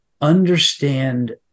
understand